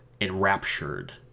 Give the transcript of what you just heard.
Enraptured